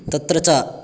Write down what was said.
तत्र च